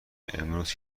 امروز